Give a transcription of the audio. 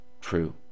true